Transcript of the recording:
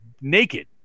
naked